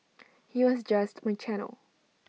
he was just my channel